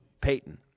Payton